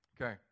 okay